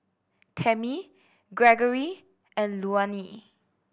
Tamie Greggory and Luanne